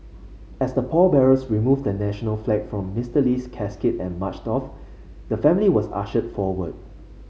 as the pallbearers removed the national flag from Mister Lee's casket and marched off the family was ushered forward